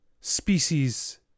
species